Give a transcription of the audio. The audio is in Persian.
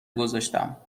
گذاشتم